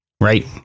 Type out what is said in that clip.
Right